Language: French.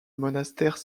monastère